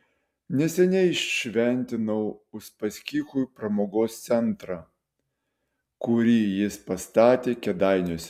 neseniai šventinau uspaskichui pramogos centrą kurį jis pastatė kėdainiuose